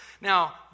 Now